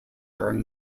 during